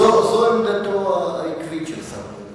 זו עמדתו העקבית של השר מרידור,